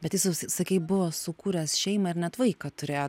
bet jis jau s sakei buvo sukūręs šeimą ir net vaiką turėjo